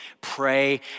pray